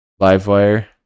Livewire